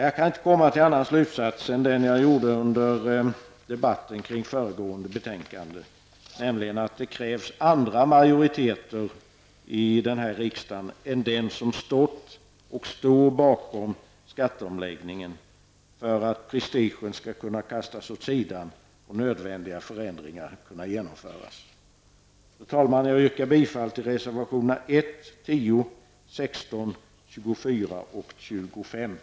Jag kan inte komma till någon annan slutsats än den jag gjorde under debatten kring föregående betänkande, nämligen att det krävs en annan majoritet i den här riksdagen än den som stått och står bakom skatteomläggningen för att prestigen skall kunna kastas åt sidan och nödvändiga förändringar kunna genomföras. Fru talman! Jag yrkar bifall till reservationerna 1,